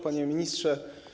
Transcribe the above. Panie Ministrze!